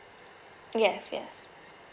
yes yes